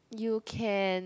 you can